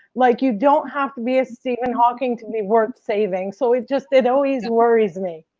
like you don't have to be a steven hawkings to be worth saving. so it just, it always worries me.